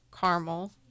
caramel